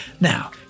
Now